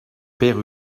père